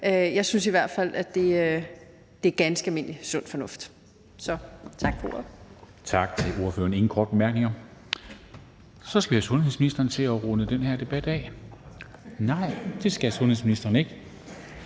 Jeg synes i hvert fald, at det er ganske almindelig sund fornuft. Så tak for ordet.